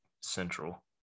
central